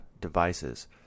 devices